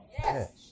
Yes